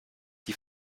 die